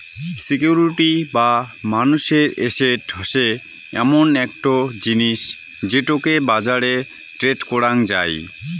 security বা মানুষের asset হসে এমন একটো জিনিস যেটোকে বাজারে ট্রেড করাং যাই